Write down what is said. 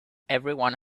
everyone